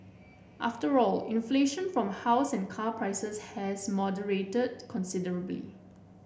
after all inflation from house and car prices has moderated considerably